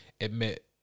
admit